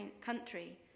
country